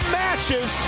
matches